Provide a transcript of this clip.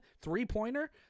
three-pointer